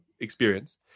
experience